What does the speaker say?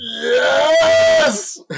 Yes